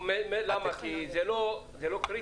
למה, כי זה לא קריטי?